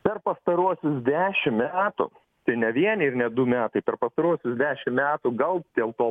per pastaruosius dešim metų tai ne vieni ir ne du metai per pastaruosius dešim metų gal dėl to